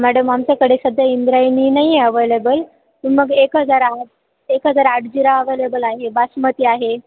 madam आमच्याकडे सध्या इंद्रायणी नाही आहे अवेलेबल मग एक हजार आठ एक हजार आठ जिरा अवेलेबल आहे बासमती आहे